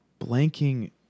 blanking